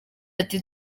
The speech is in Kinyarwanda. ati